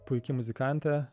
puiki muzikantė